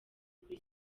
kuri